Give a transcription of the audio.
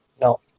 No